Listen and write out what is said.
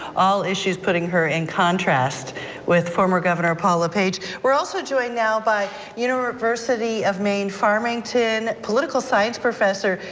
all issues putting her in contrast with former governor paul lepage. we're also joined now by university of maine farmington political science professor,